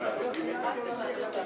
שהתקיימה ברצף)